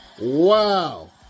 Wow